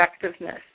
effectiveness